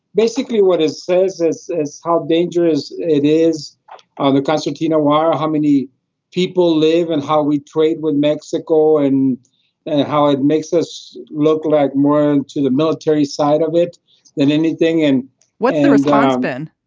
basically what it says, this is how dangerous it is on the concertina wire. how many people live and how we trade with mexico and and how it makes us look like more and to the military side of it than anything. and what the response then?